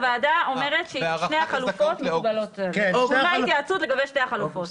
הוועדה אומרת ששתי החלופות מקובלות התייעצות לגבי שתי החלופות.